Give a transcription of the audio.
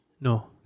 No